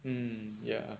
mm ya